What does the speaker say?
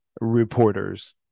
reporters